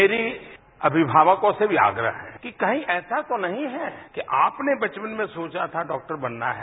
मेरा अभिभावकों से भी आग्रह है कि कही ऐसा तो नहीं है कि आपने बचपन में सोचा था डॉक्टर बनना है